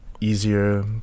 Easier